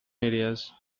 areas